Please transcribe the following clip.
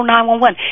911